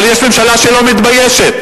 אבל יש ממשלה שלא מתביישת,